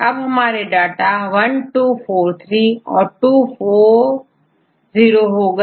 अब हमारे डाटा 1243 से240 सो गए